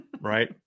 right